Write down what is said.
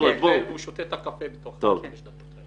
בזמן שהמדריך שותה את הקפה הוא מעביר להם הדרכה.